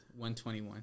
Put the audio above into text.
121